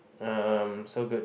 um so good